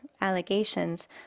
allegations